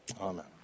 Amen